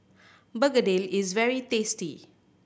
Begedil is very tasty